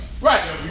Right